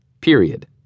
Period